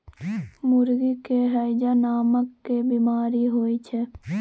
मुर्गी के हैजा नामके बेमारी होइ छै